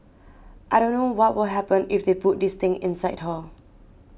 I don't know what will happen if they put this thing inside her